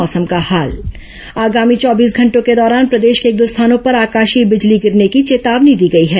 मौसम आगामी चौबीस घंटों के दौरान प्रदेश के एक दो स्थानों पर आकाशीय बिजली गिरने की चेतावनी दी गई है